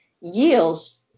yields